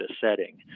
setting